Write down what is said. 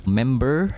member